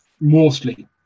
mostly